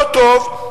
לא טוב,